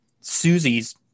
Susie's